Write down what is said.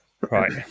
Right